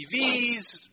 TVs